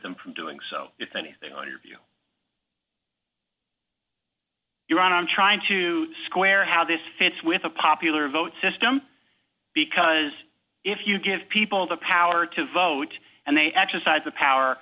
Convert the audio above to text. them from doing so if anything on your view you're on i'm trying to square how this fits with a popular vote system because if you give people the power to vote and they exercise the power